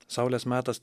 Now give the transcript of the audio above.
saulės metas